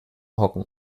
hocken